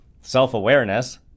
Self-awareness